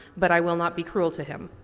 but i will not be cruel to him.